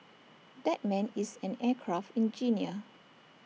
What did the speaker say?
that man is an aircraft engineer